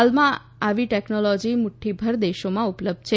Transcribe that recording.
હાલમાં આવી ટેકનોલોજી મુઠ્ઠીભર દેશોમાં ઉપલબ્ધ છે